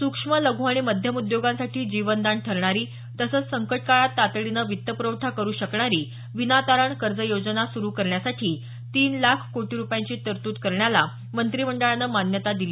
स्रक्ष्म लघ् आणि मध्यम उद्योगांसाठी जीवनदान ठरणारी तसंच संकट काळात तातडीनं वित्तप्रवठा करु शकणारी विनातारण कर्ज योजना सुरु करण्यासाठी तीन लाख कोटी रुपयांची तरतूद करण्याला मंत्रिमंडळानं मान्यता दिली